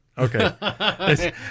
okay